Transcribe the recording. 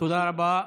תודה רבה.